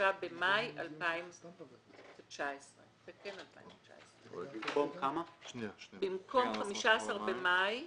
במרס 2019. במקום 8 באוגוסט באותה שנה,